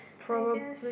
I guess